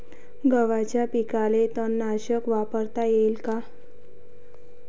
गव्हाच्या पिकाले तननाशक वापरता येईन का?